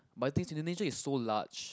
but you think Indonesia is so large